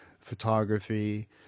photography